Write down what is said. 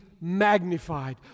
magnified